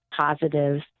positive